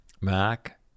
mac